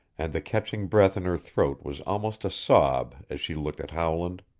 and the catching breath in her throat was almost a sob as she looked at howland.